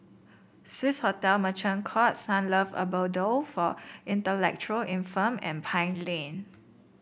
Swissotel Merchant Court Sunlove Abode for Intellectual Infirmed and Pine Lane